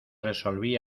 resolví